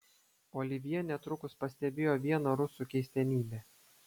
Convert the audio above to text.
olivjė netrukus pastebėjo vieną rusų keistenybę